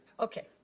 okay,